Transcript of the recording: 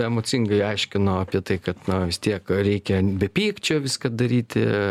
emocingai aiškino apie tai kad na vis tiek reikia be pykčio viską daryti